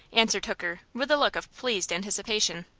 answered hooker, with a look of pleased anticipation.